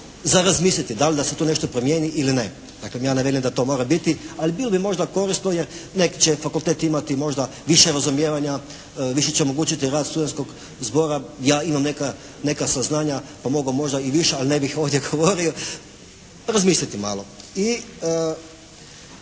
za razmisliti? Da li da se tu nešto promijeni ili ne? Dakle, ja ne velim da to mora biti ali bilo bi možda korisno, jer neki će fakultet imati možda više razumijevanja, više će omogućiti rad studentskog zbora. Ja imam neka saznanja, pa mogu vam možda i više, ali ne bih ovdje govorio, razmisliti malo.